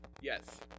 yes